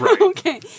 Okay